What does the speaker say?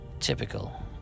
Typical